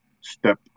step